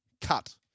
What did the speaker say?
cut